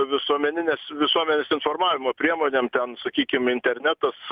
visuomeninės visuomenės informavimo priemonėm ten sakykim internetas